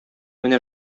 менә